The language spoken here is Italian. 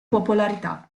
popolarità